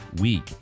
week